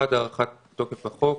אני מבקש להקריא את הצו.